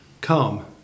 Come